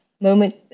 moment